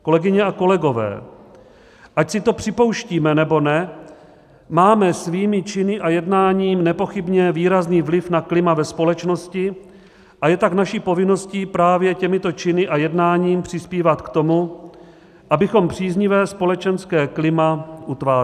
Kolegyně a kolegové, ať si to připouštíme, nebo ne, máme svými činy a jednáním nepochybně výrazný vliv na klima ve společnosti, a je tak naší povinností právě těmito činy a jednáním přispívat k tomu, abychom příznivé společenské klima utvářeli.